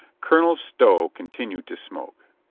colonel stow continued to smoke.